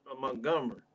Montgomery